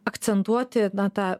akcentuoti na tą